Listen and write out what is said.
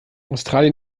australien